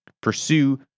pursue